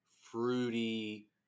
fruity